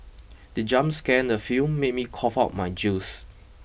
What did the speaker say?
the jump scare in the film made me cough out my juice